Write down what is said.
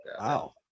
Wow